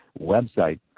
website